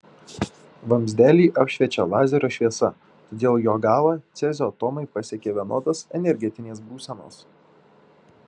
vamzdelį apšviečia lazerio šviesa todėl jo galą cezio atomai pasiekia vienodos energetinės būsenos